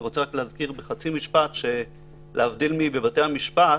אני רוצה להזכיר שלהבדיל מבתי המשפט,